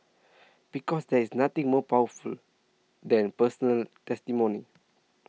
because there is nothing more powerful than personal testimony